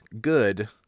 good